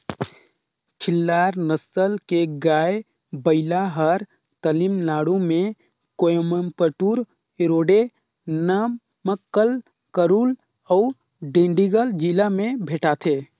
खिल्लार नसल के गाय, बइला हर तमिलनाडु में कोयम्बटूर, इरोडे, नमक्कल, करूल अउ डिंडिगल जिला में भेंटाथे